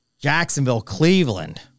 Jacksonville-Cleveland